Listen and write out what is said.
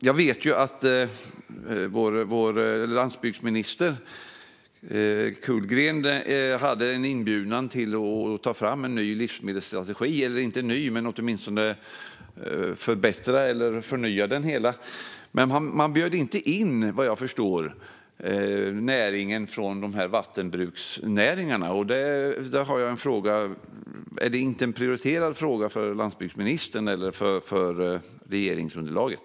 Jag vet att vår landsbygdsminister Kullgren hade en inbjudan att ta fram en ny livsmedelsstrategi - eller inte ny men åtminstone förbättrad eller förnyad. Men vad jag förstår bjöd man inte in vattenbruksnäringarna. Är det inte en prioriterad fråga för landsbygdsministern eller för regeringsunderlaget?